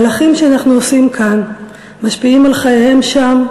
מהלכים שאנחנו עושים כאן משפיעים על חייהם שם,